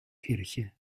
kirche